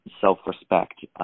self-respect